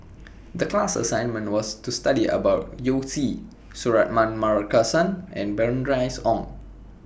The class assignment was to study about Yao Zi Suratman Markasan and Bernice Ong